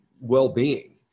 well-being